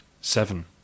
SEVEN